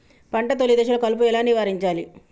పంట తొలి దశలో కలుపు ఎలా నివారించాలి?